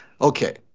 okay